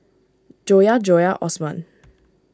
Joyah Joyah Osman